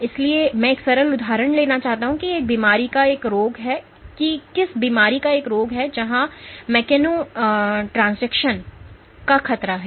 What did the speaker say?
इसलिए मैं एक सरल उदाहरण लेना चाहता हूं कि किस बीमारी का एक रोग है जहां मेकैनोट्रांसेशन का खतरा है